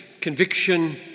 conviction